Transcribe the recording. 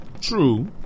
True